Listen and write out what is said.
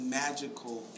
magical